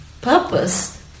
purpose